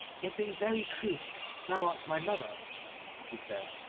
if in very truth thou art my mother he said,